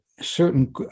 certain